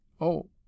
Oh